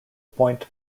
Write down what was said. point